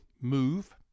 move